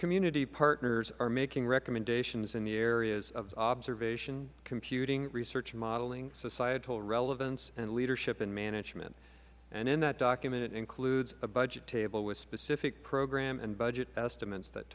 community partners are making recommendations in the areas of observation computing research modelling societal relevance and leadership and management and in that document it includes a budget table with specific program and budget estimates that